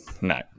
No